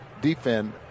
defend